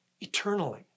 eternally